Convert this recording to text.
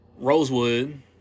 Rosewood